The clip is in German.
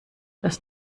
das